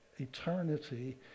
eternity